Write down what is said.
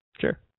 Sure